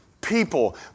people